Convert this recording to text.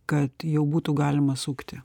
kad jau būtų galima sukti